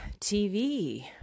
TV